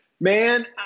man